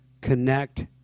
connect